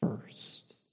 first